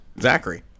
Zachary